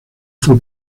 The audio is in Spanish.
fue